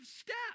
step